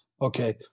okay